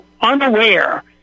unaware